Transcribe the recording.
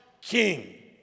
king